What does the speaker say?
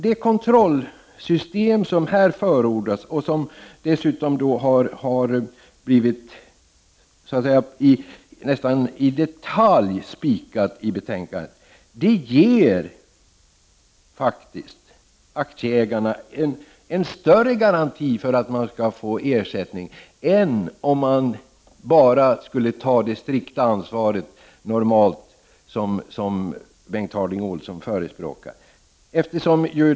Det kontroll system som förordas av utskottet och som har blivit spikat nästan i detalj i betänkandet ger aktieägarna en större garanti för att de skall få ersättning än ett system med strikt ansvar, som Bengt Harding Olson förespråkar.